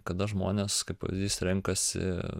kada žmonės kaip pavyzdys renkasi